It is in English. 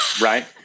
Right